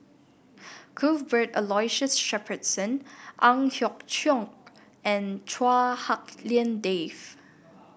Cuthbert Aloysius Shepherdson Ang Hiong Chiok and Chua Hak Lien Dave